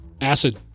Acid